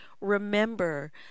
remember